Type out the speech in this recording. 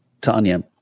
Tanya